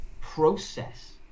process